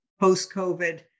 post-COVID